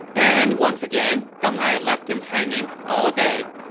and once again, deng ai left him hanging all day.